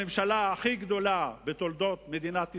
הממשלה הכי גדולה בתולדות מדינת ישראל,